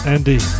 Andy